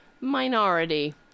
minority